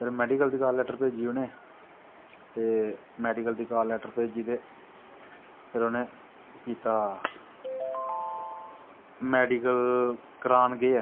फिर मैडिकल दी call letter भेजी मैडिकल दी कॉल लैट्टर भेजी उनैं फिर उनैं ओह् कीता मैडिकल करान गे